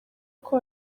uko